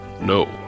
no